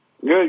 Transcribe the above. Good